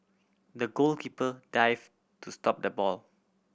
the goalkeeper dive to stop the ball